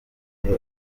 kuko